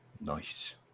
nice